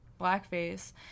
blackface